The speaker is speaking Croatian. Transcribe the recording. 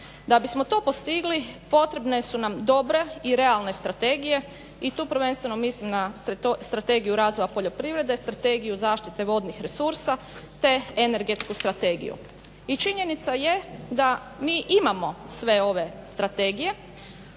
Da bismo to postigli potrebne su nam dobre i realne strategije i tu prvenstveno mislim na Strategiju razvoja poljoprivrede, Strategiju zaštite vodnih resursa te energetsku strategiju. I činjenica je da mi imamo sve ove strategije